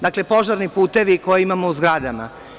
Dakle, požarni putevi koji imamo u zgradama.